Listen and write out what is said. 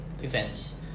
events